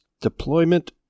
deployment